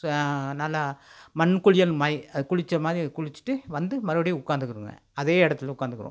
நல்லா மண் குளியல் மை குளித்த மாதிரி குளித்துட்டு வந்து மறுபடியும் உட்காந்துக்குங்க அதே இடத்துல உட்காந்துக்கும்